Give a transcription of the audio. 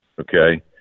okay